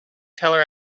teller